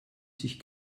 sich